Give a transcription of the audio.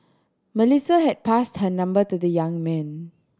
Melissa had passed her number to the young man